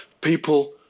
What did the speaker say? People